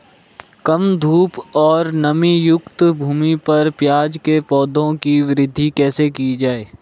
कम धूप और नमीयुक्त भूमि पर प्याज़ के पौधों की वृद्धि कैसे की जाए?